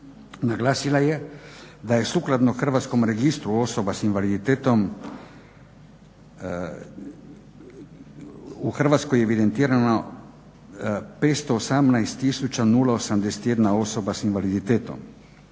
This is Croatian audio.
Naglasila je da je sukladno Hrvatskom registru osoba s invaliditetom u Hrvatskoj evidentirano 518 tisuća 061 osoba s invaliditetom.